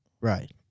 Right